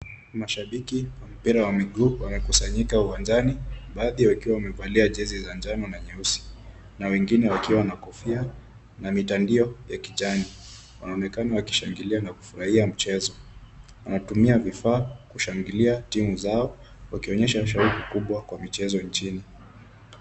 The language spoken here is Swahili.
Mashabiki wa mpira wa miguu wamekusanyika uwanjani. Baadhi wakiwa wamevalia jezi za njano na nyeusi na wengine wakiwa na kofia na mitandio ya kijani. Wanaonekana wakishangilia na kufurahia mchezo. Wanatumia vifaa kushangilia timu zao wakionyesha shauku kubwa kwa michezo nchini.